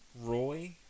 Roy